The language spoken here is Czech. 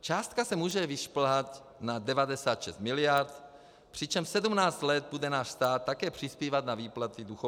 Částka se může vyšplhat na 96 miliard, přičemž 17 let bude náš stát také přispívat na výplaty duchovním.